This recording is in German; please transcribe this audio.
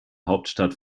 hauptstadt